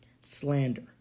Slander